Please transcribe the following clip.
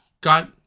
got